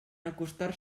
acostar